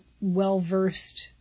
well-versed